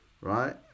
Right